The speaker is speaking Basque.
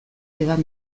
edan